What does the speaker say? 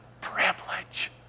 privilege